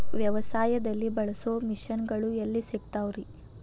ವ್ಯವಸಾಯದಲ್ಲಿ ಬಳಸೋ ಮಿಷನ್ ಗಳು ಎಲ್ಲಿ ಸಿಗ್ತಾವ್ ರೇ?